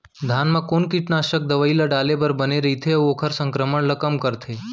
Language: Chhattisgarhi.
धान म कोन कीटनाशक दवई ल डाले बर बने रइथे, अऊ ओखर संक्रमण ल कम करथें?